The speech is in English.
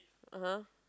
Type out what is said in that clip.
uh !huh!